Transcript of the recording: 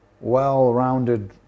well-rounded